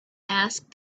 asked